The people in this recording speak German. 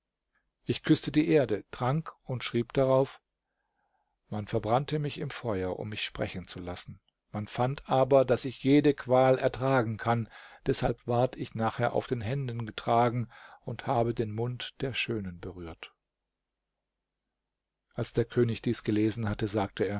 ich küßte die erde trank und schrieb darauf man verbrannte mich im feuer um mich sprechen zu lassen man fand aber daß ich jede qual ertragen kann deshalb ward ich nachher auf den händen getragen und habe den mund der schönen berührt als der könig dies gelesen hatte sagte er